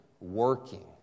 working